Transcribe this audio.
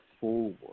forward